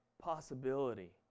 possibility